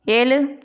ஏழு